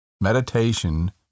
Meditation